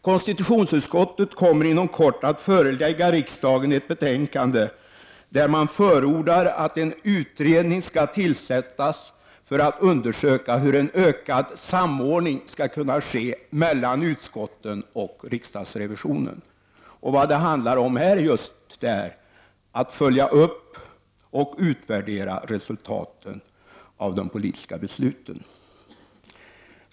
Konstitutionsutskottet kommer inom kort att förelägga riksdagen ett betänkande i vilket man förordar att en utredning skall tillsättas med uppgift att undersöka hur en ökad samordning skall kunna ske mellan utskotten och riksdagsrevisionen. Vad det handlar om är just att följa upp och utvärdera resultaten av de politiska besluten.